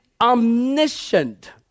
omniscient